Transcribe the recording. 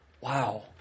Wow